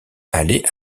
allait